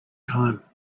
time